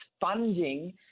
funding